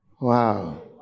Wow